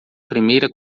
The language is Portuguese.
primeira